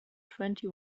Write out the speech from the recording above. twenty